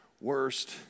worst